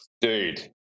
dude